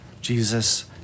Jesus